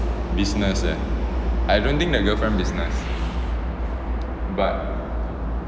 business ah I don't think the girlfriend business but